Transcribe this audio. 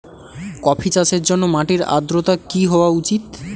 Coffee চাষের জন্য মাটির আর্দ্রতা কি হওয়া উচিৎ?